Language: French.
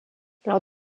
lors